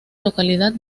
localidad